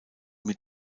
mit